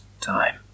time